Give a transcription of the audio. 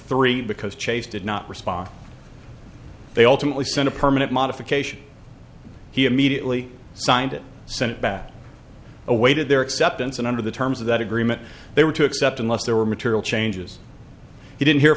three because chase did not respond they alternately sent a permanent modification he immediately signed it sent back awaited their acceptance and under the terms of that agreement they were to accept unless there were material changes he didn't hear